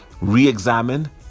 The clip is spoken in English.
re-examine